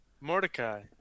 Mordecai